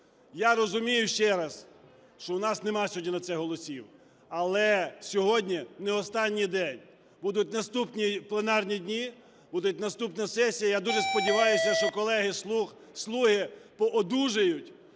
Я розумію, ще раз, що у нас нема сьогодні на це голосів, але сьогодні не останній день. Будуть наступні пленарні дні, буде наступна сесія, я дуже сподіваюся, що колеги з "Слуг" "слуги" поодужують,